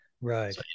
Right